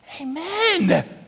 Amen